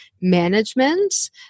management